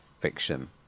fiction